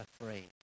afraid